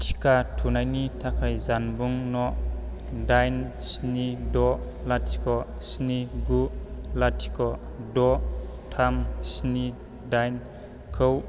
टिका थुनायनि थाखाय जानबुं नं दाइन स्नि द' लाथिख' स्नि गु लाथिख' द' थाम स्नि दाइनखौ